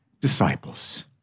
disciples